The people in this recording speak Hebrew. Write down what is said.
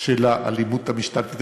של האלימות המשטרתית.